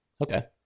Okay